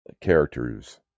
characters